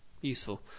useful